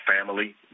family